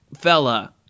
Fella